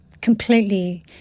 completely